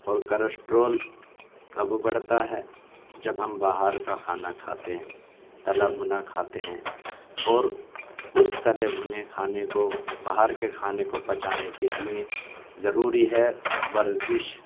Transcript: اور کرشٹرول کب بڑھتا ہے جب ہم باہر کا کھانا کھاتے ہیں تلا بھنا کھاتے ہیں اور اس تلے بھنے کھانے کو باہر کے کھانے کو پچانے کے لیے ضروری ہے ورزش